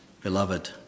Beloved